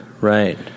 Right